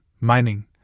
mining